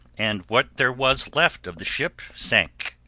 and what there was left of the ship sank.